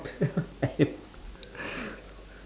I am